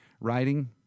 writing